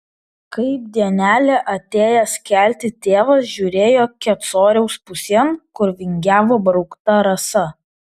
kaip dienelė atėjęs kelti tėvas žiūrėjo kecoriaus pusėn kur vingiavo braukta rasa